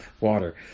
water